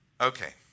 Okay